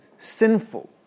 Sinful